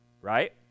right